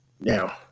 Now